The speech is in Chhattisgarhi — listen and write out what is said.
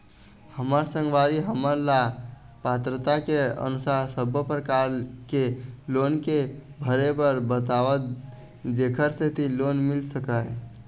हमर संगवारी हमन ला पात्रता के अनुसार सब्बो प्रकार के लोन के भरे बर बताव जेकर सेंथी लोन मिल सकाए?